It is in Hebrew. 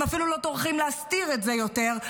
הם אפילו לא טורחים להסתיר את זה יותר,